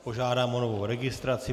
Požádám o novou registraci.